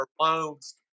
loans